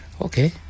okay